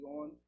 on